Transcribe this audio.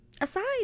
aside